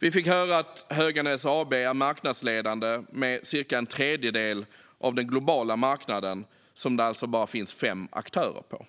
Vi fick höra att Höganäs AB är marknadsledande med cirka en tredjedel av den globala marknaden, som det alltså bara finns fem aktörer på.